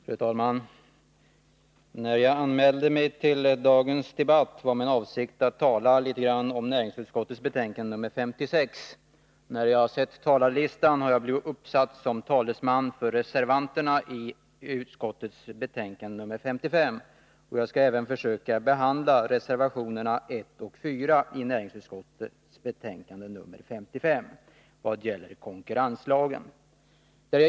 Fru talman! När jag anmälde mig till dagens debatt var min avsikt att tala litet grand om näringsutskottets betänkande nr 56. På talarlistan har jag emellertid blivit uppsatt som talesman för reservanterna när det gäller utskottets betänkande nr 55, och jag skall därför även försöka behandla reservationerna 1 och 4, som är fogade vid näringsutskottets betänkande nr 55 om konkurrenslagen.